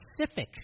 specific